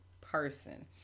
person